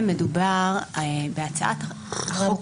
בהצעת החוק